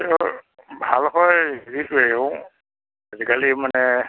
ভাল হয় সেইটোৱে অঁ আজিকালি মানে